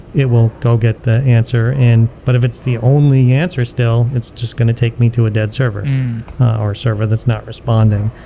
it will go get the answer. but if it's the only answer still, it's just going to take me to a dead server or a server that's not responding.